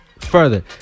further